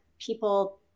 people